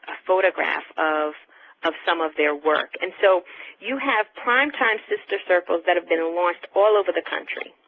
photograph of of some of their work. and so you have prime time sister circles that have been launched all over the country,